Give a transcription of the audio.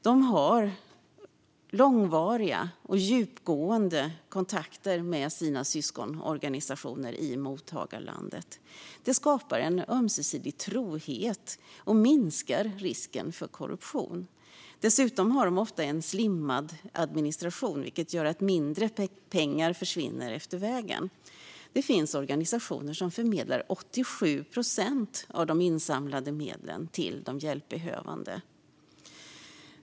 De har långvariga och djupgående kontakter med sina syskonorganisationer i mottagarlandet. Det skapar ömsesidigt förtroende och minskar risken för korruption. Dessutom har de ofta en slimmad administration vilket gör att mindre pengar försvinner efter vägen. Det finns organisationer som förmedlar 87 procent av de insamlade medlen till de hjälpbehövande.